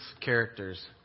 characters